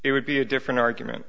it would be a different argument